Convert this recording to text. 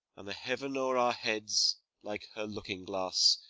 and the heaven o'er our heads like her looking-glass,